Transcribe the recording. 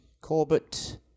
Corbett